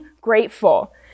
grateful